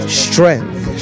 strength